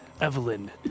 Evelyn